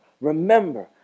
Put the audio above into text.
remember